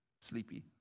sleepy